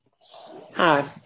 Hi